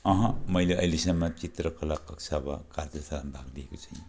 अहँ मैले अहिलेसम्म चित्रकलाको दिएको छैन